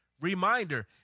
Reminder